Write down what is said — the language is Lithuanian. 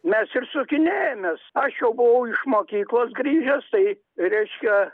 mes ir sukinėjomės aš jau buvau iš mokyklos grįžęs tai reiškia